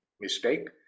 mistake